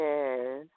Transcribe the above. Yes